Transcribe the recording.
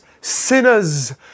sinners